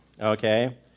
okay